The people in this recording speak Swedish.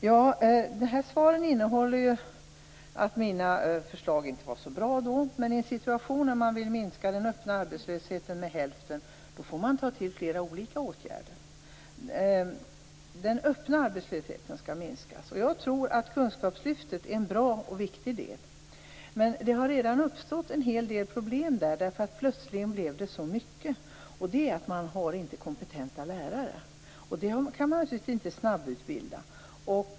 Herr talman! Svaren innehåller besked om att mina förslag inte var så bra. Men i en situation där man vill minska den öppna arbetslösheten med hälften får man ta till flera olika åtgärder. Den öppna arbetslösheten skall minskas. Jag tror att kunskapslyftet är en bra och viktig del. Men det har redan uppstått en hel del problem. Plötsligt blev det nämligen så mycket, och man har inte kompetenta lärare. Sådana kan man naturligtvis inte snabbutbilda.